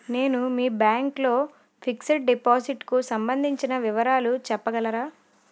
నేను మీ బ్యాంక్ లో ఫిక్సడ్ డెపోసిట్ కు సంబందించిన వివరాలు చెప్పగలరా?